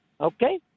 okay